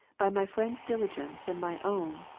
by my friends' dili gence and my own,